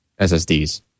SSDs